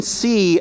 see